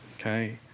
Okay